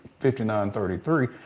59-33